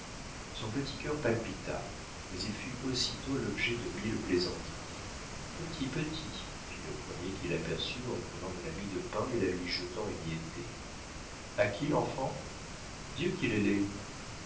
son petit cœur palpita mais il fut aussitôt l'objet de mille plaisanteries petit petit fit le premier qui l'aperçut en prenant de la mie de pain et la lui jetant émiettée a qui l'enfant dieu qu'il est laid